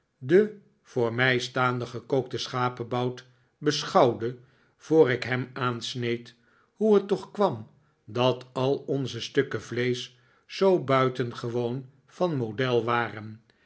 den voor mij staanden gekookten schapebout beschouwde voor ik hem aansneed hoe het toch kwam dat al onze stukken vleesch zoo buitengewoon van model waren